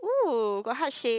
woo got heart shape